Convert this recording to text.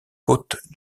côtes